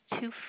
two